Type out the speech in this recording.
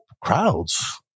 crowds